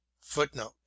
Footnote